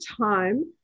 time